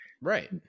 right